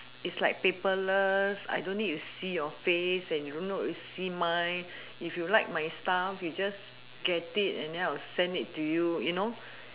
it's like paperless I don't need to see your face and you no need to see mine if you like my stuff you just get it and then I will just send it to you you know